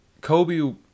Kobe